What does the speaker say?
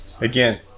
Again